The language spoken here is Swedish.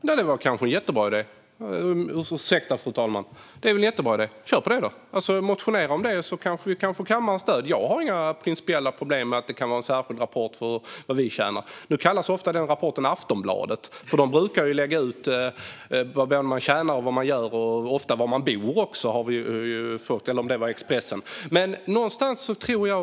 Fru talman! Det är väl en jättebra idé. Kör på det, Mikael Eskilandersson! Motionera om det! Kanske kan det få kammarens stöd. Jag har inga principiella problem med en särskild rapport om vad vi tjänar. Nu kallas den rapporten ofta Aftonbladet. De brukar lägga ut såväl vad man tjänar som vad man gör och ofta var man bor - eller det kanske var Expressen.